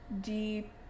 Deep